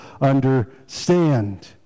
understand